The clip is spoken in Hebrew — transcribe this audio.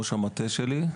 ראש המטה שלי,